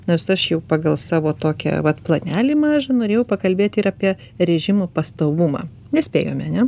nors aš jau pagal savo tokį vat planelį mažą norėjau pakalbėt ir apie režimų pastovumą nespėjome ane